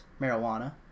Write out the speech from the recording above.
marijuana